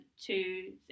two